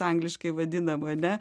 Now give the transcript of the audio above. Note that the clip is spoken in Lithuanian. angliškai vadinam ane